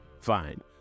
Fine